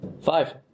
Five